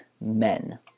men